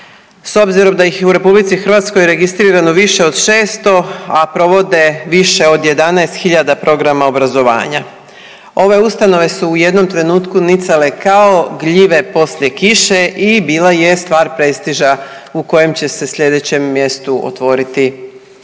S obzirom da ih je u RH registrirano više od 600, a provode više od 11000 programa obrazovanja. Ove ustanove su u jednom trenutku nicale kao gljive poslije kiše i bila je stvar prestiža u kojem će se sljedećem mjestu otvoriti